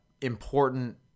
important